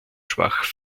schwach